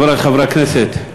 חברי חברי הכנסת,